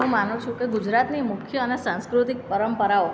હું માનું છું કે ગુજરાતની મુખ્ય અને સાંસ્કૃતિક પરંપરાઓ